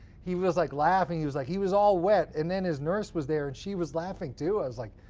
he was like laughing, he was like, he was all wet. and then his nurse was there, and she was laughing too. i was like,